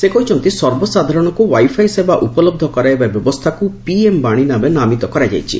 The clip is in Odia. ସେ କହିଛନ୍ତି ସର୍ବସାଧାରଣଙ୍କୁ ୱାଇଫାଇ ସେବା ଉପଲବ୍ଧ କରାଇବା ବ୍ୟବସ୍ଥାକୁ ପିଏମ୍ ବାଣୀ ଭାବେ ନାମିତ କରାଯାଇଛି